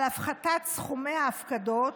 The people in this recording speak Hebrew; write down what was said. על הפחתת סכומי ההפקדות.